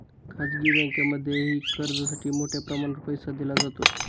खाजगी बँकांमध्येही कर्जासाठी मोठ्या प्रमाणावर पैसा दिला जातो